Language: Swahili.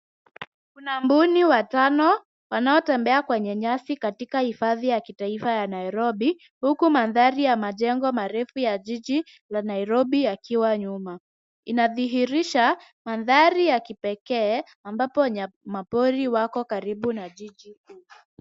Kuna mbuni watano wanaotembea kwenye nyasi katika hifadhi ya kitaifa ya Nairobi huku mandhari ya majengo marefu ya jiji la Nairobi yakiwa nyuma. Inadhihirisha mandhari ya kipekee ambapo nyamapori wako karibu na jiji kuu.